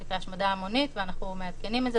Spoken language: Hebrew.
נשק להשמדה המונית, ואנחנו מעדכנים את הרשימה.